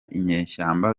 inyeshyamba